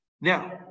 Now